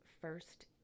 first